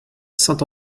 saint